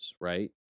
right